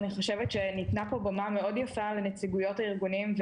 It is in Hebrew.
אני חושבת שניתנה פה במה מאוד יפה לנציגויות הארגונים,